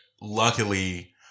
luckily